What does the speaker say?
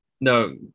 No